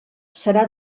serà